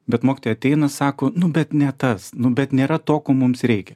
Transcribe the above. bet mokytojai ateina sako nu bet ne tas nu bet nėra to ko mums reikia